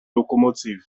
locomotive